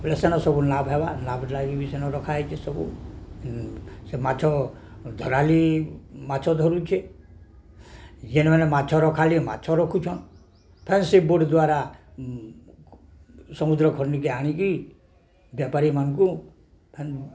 ବଲେ ସେନ ସବୁ ନାଭ ହେବା ନାଭ ଲାଗି ବି ସେନ ରଖା ହେଇଛେ ସବୁ ସେ ମାଛ ଧରାଳି ମାଛ ଧରୁଛେ ଯେନ୍ନ ମାନେ ମାଛ ରଖାଳି ମାଛ ରଖୁଛନ୍ ଫେନ୍ ସେ ବୋର୍ଡ଼ ଦ୍ୱାରା ସମୁଦ୍ର ଖନିକି ଆଣିକି ବେପାରୀ ମାନଙ୍କୁ ଫେନ୍